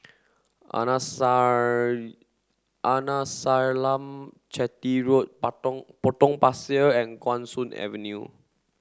Arnasalam Chetty Road Potong Pasir and Guan Soon Avenue